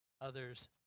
others